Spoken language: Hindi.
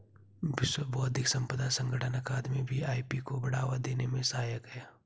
विश्व बौद्धिक संपदा संगठन अकादमी भी आई.पी को बढ़ावा देने में सहायक है